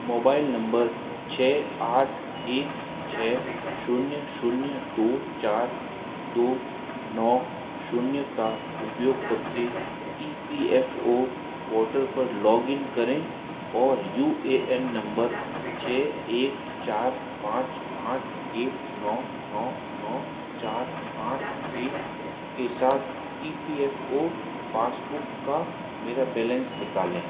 mobile number छः आठ एक छः शून्य शून्य दो चार दो नौ शून्य का उपयोग करके E P F O portal पर लॉग इन करें और यू ए एन नंबर छः एक चार पाँच आठ एक नौ नौ नौ चार आठ एक के साथ E P F O passbook का मेरा बैलेंस निकालें